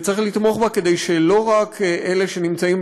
וצריך לתמוך בה כדי שלא רק אלה שנמצאים